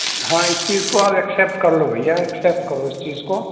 ہاں اس چیز کو آپ ایکسیپٹ کر لو بھیا ایکسیپٹ کرو اس چیز کو